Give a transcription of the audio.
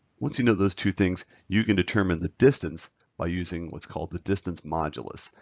once you know those two things you can determine the distance by using what's called the distance modulus.